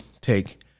take